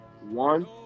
One